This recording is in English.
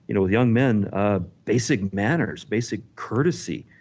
you know young men ah basic manners, basic courtesy,